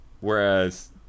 whereas